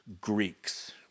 Greeks